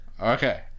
okay